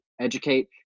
educate